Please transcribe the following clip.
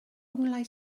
onglau